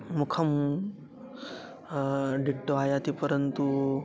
मुखं डिट्टो आयाति परन्तु